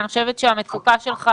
אני חושבת שהמצוקה שלך,